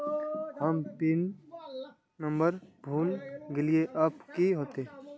हम PIN number भूल गलिऐ अब की होते?